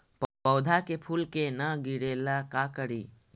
पौधा के फुल के न गिरे ला का करि?